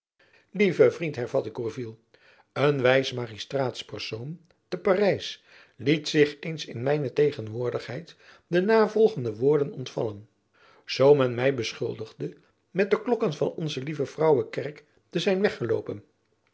lieve vriend hervatte gourville een wijs magistraatspersoon te parijs liet zich eens in mijne tegenwoordigheid de navolgende woorden ontvallen zoo men my beschuldigde met de klokken van o l vrouwekerk te zijn weggeloopen